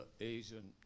Asian